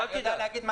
אל תדאג.